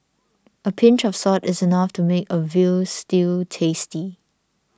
a pinch of salt is enough to make a Veal Stew tasty